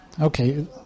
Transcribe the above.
Okay